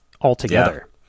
altogether